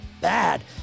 bad